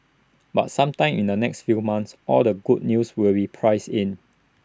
but sometime in the next few months all the good news will be priced in